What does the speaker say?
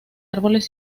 árboles